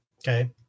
okay